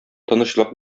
тынычлык